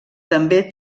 també